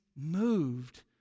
moved